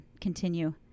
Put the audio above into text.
continue